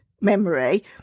memory